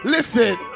Listen